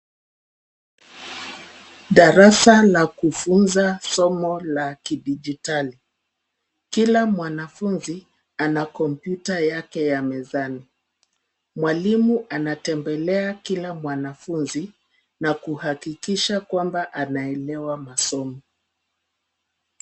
Darasa la kufunza somo la kidijitali, kila mwanafunzi ana kompyuta yake ya mezani. Mwalimu anatembelea kila mwanafunzi na kuhakikisha kwamba anaelewa masomo.